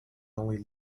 only